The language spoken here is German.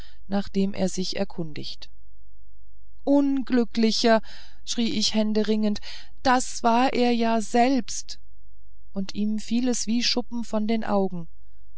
nach dem er sich erkundigt unglücklicher schrie ich händeringend das war er ja selbst und ihm fiel es wie schuppen von den augen